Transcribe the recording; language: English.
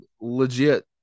legit